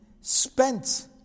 spent